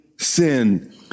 sin